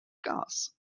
gas